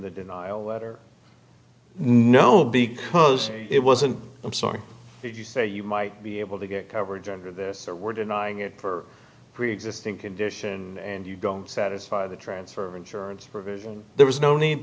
the denial letter no because it wasn't i'm sorry did you say you might be able to get coverage under this or were denying it for preexisting condition and you don't satisfy the transfer insurance provision there was no need